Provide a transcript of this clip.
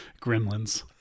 Gremlins